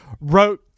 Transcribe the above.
wrote